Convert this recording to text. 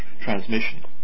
transmission